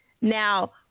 Now